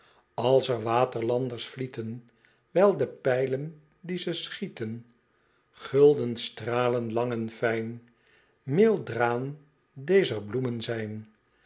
als er waterlanders vlieten wijl de pijlen die ze schieten gulden stralen lang en fijn meeldraen dezer bloemen zijn